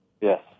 Yes